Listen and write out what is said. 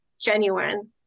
genuine